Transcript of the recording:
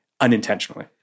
unintentionally